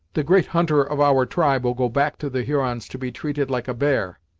the great hunter of our tribe will go back to the hurons to be treated like a bear,